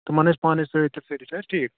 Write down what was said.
تِم اَنَو أسۍ پانٕے سۭتۍ تیٚلہِ سٲری چھِنہٕ حظ ٹھیٖک